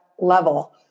level